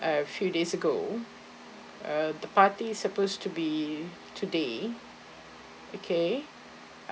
a few days ago err the party is supposed to be today okay